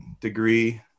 degree